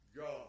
God